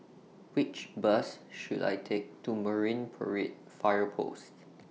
Which Bus should I Take to Marine Parade Fire Post